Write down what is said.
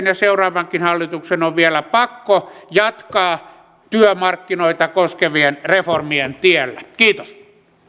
ja seuraavankin hallituksen on vielä pakko jatkaa työmarkkinoita koskevien reformien tiellä kiitos